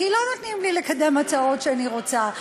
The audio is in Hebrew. כי לא נותנים לי לקדם הצעות שאני רוצה.